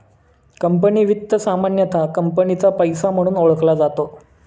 company वित्त सामान्यतः कंपनीचा पैसा म्हणून ओळखला जातो